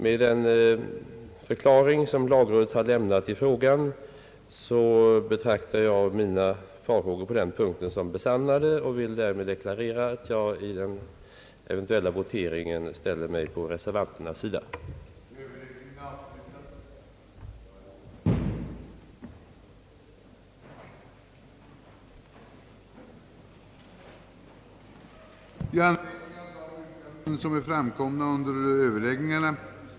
Med den förklaring, som lagrådet har lämnat i frågan, betraktar jag mina farhågor på denna punkt som besannade och vill därmed deklarera, att jag vid den eventuella voteringen ställer mig på reservanternas sida.